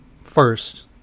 first